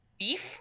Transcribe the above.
beef